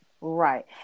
Right